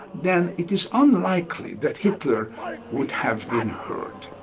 then it is unlikely that hitler would have been heard.